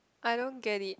I don't get it